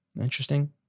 Interesting